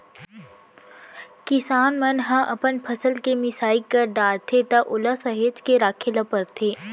किसान मन ह अपन फसल के मिसाई कर डारथे त ओला सहेज के राखे ल परथे